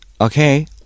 Okay